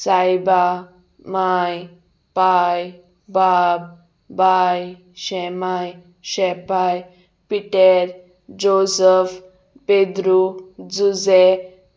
सायबा माय पाय बब बाय शेमाय शेपाय पिटेर जोजफ पेद्रू झुजे